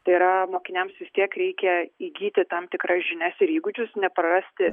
tai yra mokiniams vis tiek reikia įgyti tam tikras žinias ir įgūdžius neprarasti